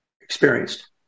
experienced